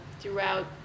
throughout